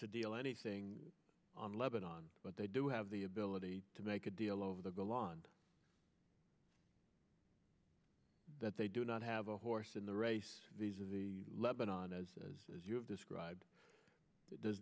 to deal anything on lebanon but they do have the ability to make a deal over the golan that they do not have a horse in the race these are the lebanon as you have described it does